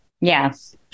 yes